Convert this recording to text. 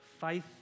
Faith